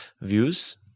views